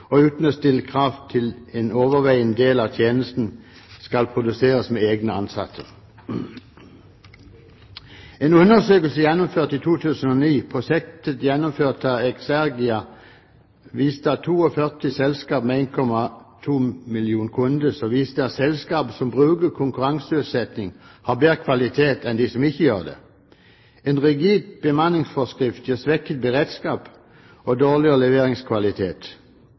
og uten å stille krav til at en overveiende del av tjenestene skal produseres av egne ansatte. En undersøkelse gjennomført i 2009 – et prosjekt gjennomført av Xrgia, der 42 selskaper som dekker 1,2 millioner kunder, har svart – viser at selskaper som bruker konkurranseutsetting, har bedre kvalitet enn de som ikke gjør det. En rigid bemanningsforskrift gir svekket beredskap og dårligere leveringskvalitet.